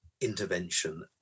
intervention